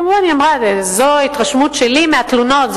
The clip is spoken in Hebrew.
כמובן היא אמרה: זאת ההתרשמות שלי מהתלונות,